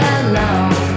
alone